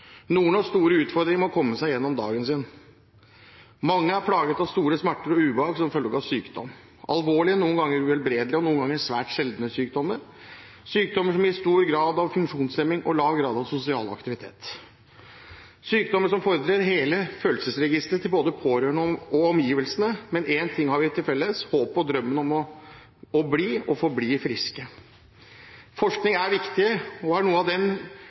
Noen har store utfordringer med å komme seg gjennom dagen. Mange er plaget av store smerter og ubehag som følge av sykdom – alvorlige, noen ganger uhelbredelige og noen ganger svært sjeldne sykdommer, sykdommer som gir stor grad av funksjonshemning og lav grad av sosial aktivitet, sykdommer som fordrer hele følelsesregisteret til både pårørende og omgivelsene. Men én ting har vi til felles: håpet og drømmen om å bli og forbli friske. Forskning er viktig og er noe av